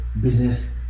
business